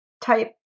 type